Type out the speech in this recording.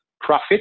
profit